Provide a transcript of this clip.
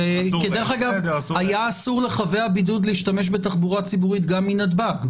כי דרך אגב היה אסור לחבי הבידוד להשתמש בתחבורה ציבורית גם מנתב"ג,